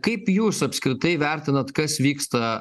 kaip jūs apskritai vertinat kas vyksta